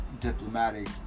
diplomatic